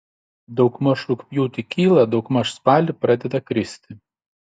daugmaž rugpjūtį kyla daugmaž spalį pradeda kristi